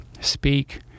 speak